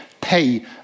pay